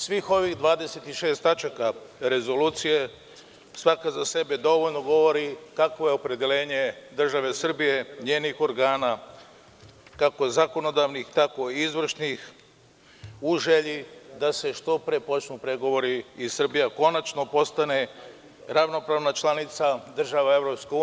Svih ovih 26 tačaka rezolucije, svaka za sebe dovoljno govori kakvo je opredeljenje države Srbije, njenih organa, kako zakonodavnih tako i izvršnih, u želji da se što pre počnu pregovori i Srbija konačno postane ravnopravna članica država EU.